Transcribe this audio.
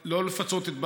ללכת,